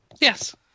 Yes